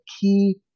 key